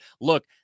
look